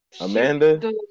Amanda